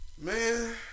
Man